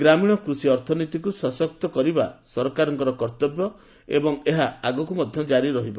ଗ୍ରାମୀଣ କୃଷି ଅର୍ଥନୀତିକୁ ସଶକ୍ତ କରିବା ସରକାରଙ୍କ କର୍ତ୍ତବ୍ୟ ଏବଂ ଏହା ଆଗକୁ ମଧ୍ୟ ଜାରି ରହିବ